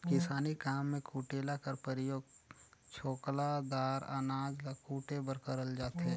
किसानी काम मे कुटेला कर परियोग छोकला दार अनाज ल कुटे बर करल जाथे